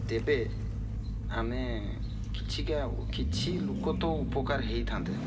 ତେବେ ଆମେ କିଛିଟା କିଛି ଲୋକ ତ ଉପକାର ହୋଇଥାନ୍ତେ